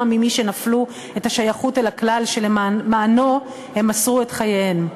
ממי שנפלו את השייכות אל הכלל שלמענו הם מסרו את חייהם.